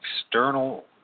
external